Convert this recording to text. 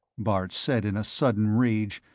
bart said in sudden rage,